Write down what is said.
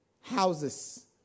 houses